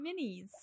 minis